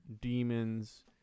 demons